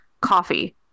coffee